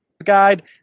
guide